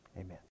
amen